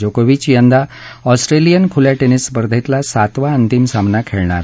जोकोविच यंदा ऑस्ट्रेलियन खुल्या टेनिस स्पर्धेतला सातवा अंतिम सामना खेळणार आहे